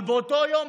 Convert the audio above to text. אבל באותו יום,